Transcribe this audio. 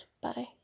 Bye